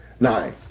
nine